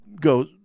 go